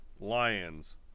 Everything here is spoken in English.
lions